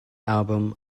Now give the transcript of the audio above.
album